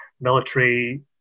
military